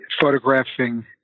photographing